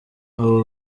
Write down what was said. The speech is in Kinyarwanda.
abo